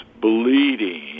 bleeding